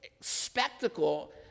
spectacle